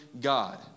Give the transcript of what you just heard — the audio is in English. God